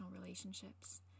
relationships